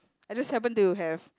I just happen to have